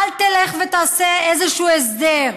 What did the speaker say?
אל תלך ותעשה איזשהו הסדר.